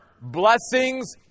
blessings